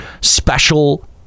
special